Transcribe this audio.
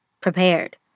prepared